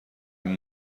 این